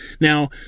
Now